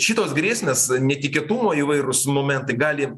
šitos grėsmės netikėtumai įvairūs momentai gali